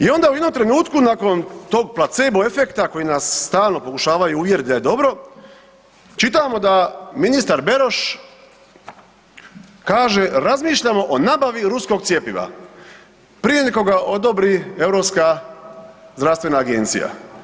I onda u jednom trenutku nakon tog placebo efekta koji nas stalno pokušavaju uvjeriti da je dobro, čitamo da ministar Beroš kaže „Razmišljamo o nabavi ruskog cjepiva“, prije nego ga odobri Europska zdravstvena agencija.